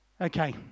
Okay